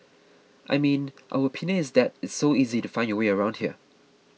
I mean our opinion is that it's so easy to find your way around here